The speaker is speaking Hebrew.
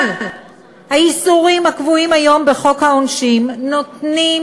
האיסורים הקבועים היום בחוק העונשין נותנים